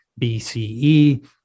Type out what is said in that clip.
BCE